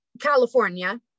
California